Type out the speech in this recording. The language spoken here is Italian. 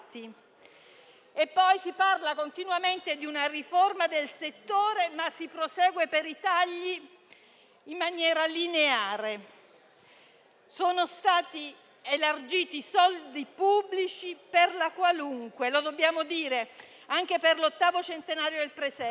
Si parla poi continuamente di una riforma del settore, ma si prosegue con tagli in maniera lineare. Sono stati elargiti soldi pubblici per la qualunque, lo dobbiamo dire, anche per l'ottavo centenario del presepe